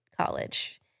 college